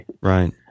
Right